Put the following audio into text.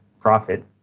profit